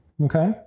Okay